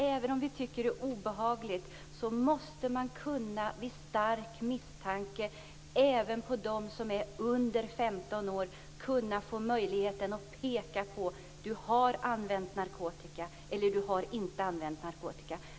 Även om vi tycker att det är obehagligt måste det vara möjligt att vid stark misstanke kunna peka på att någon har använt eller inte har använt narkotika.